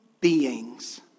beings